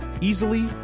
easily